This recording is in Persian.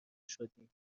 شدیم